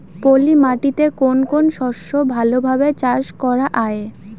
পলি মাটিতে কোন কোন শস্য ভালোভাবে চাষ করা য়ায়?